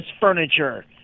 furniture